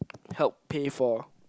helped pay for